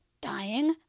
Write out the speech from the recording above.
dying